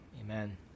Amen